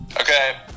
Okay